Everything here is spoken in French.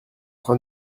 train